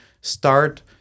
start